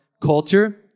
culture